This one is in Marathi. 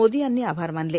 मोदी यांनी आभार मानले